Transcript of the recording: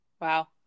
Wow